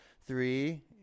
Three